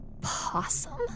possum